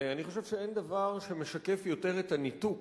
אני חושב שאין דבר שמשקף יותר את הניתוק